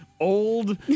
old